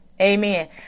Amen